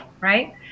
Right